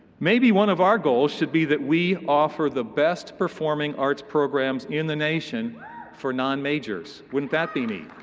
maybe one of our goals should be that we offer the best performing arts programs in the nation for non-majors. wouldn't that be neat?